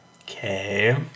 okay